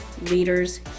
leaders